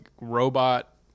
robot